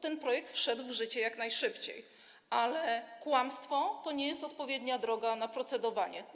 ten projekt wszedł w życie jak najszybciej, ale kłamstwo to nie jest odpowiednia droga przy procedowaniu.